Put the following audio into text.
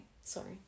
sorry